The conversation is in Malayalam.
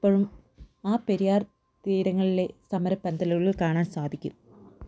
ഇപ്പഴും ആ പെരിയാർ തീരങ്ങളിലെ സമര പന്തലുകളിൽ കാണാൻ സാധിക്കും